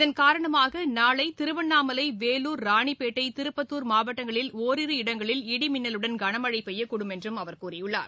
இதன் காரணமாக நாளை திருவண்ணாலை வேலூர் ராணிப்பேட்டை திருப்பத்தூர் மாவட்டங்களில் ஒரிரு இடங்களில் இடிமின்னலுடன் கனமழை பெய்யக்கூடும் என்றும் அவர் கூறியுள்ளார்